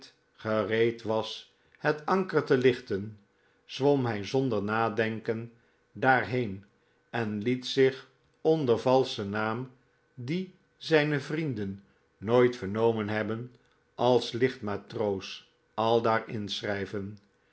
gereed was het anker te lichten zwom hi zonder nadenken daarheen en liet zich onder een valschen naam dien zijne vrienden nooit vernomen hebben als lichtmatroos aldaar inschrijven